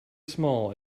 small